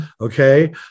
okay